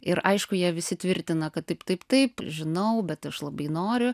ir aišku jie visi tvirtina kad taip taip taip žinau bet aš labai noriu